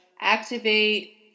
activate